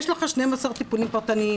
יש לך 12 טיפולים פרטניים,